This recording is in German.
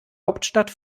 hauptstadt